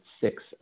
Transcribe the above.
six